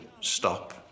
stop